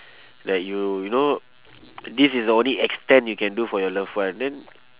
like you you know this is the only extent you can do for your love one then